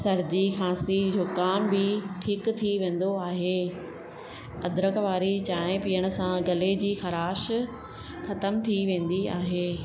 सर्दी खांसी ज़ुकाम बि ठीक थी वेंदो आहे अद्रक वारी चांहि पीअण सां गले जी खराश ख़तम थी वेंदी आहे